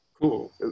cool